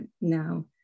now